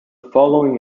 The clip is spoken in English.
following